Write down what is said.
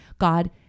God